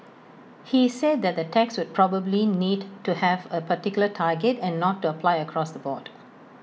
he said that the tax would probably need to have A particular target and not apply across the board